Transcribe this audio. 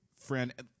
friend